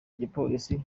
igipolisi